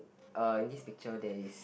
uh in this picture there is